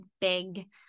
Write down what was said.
big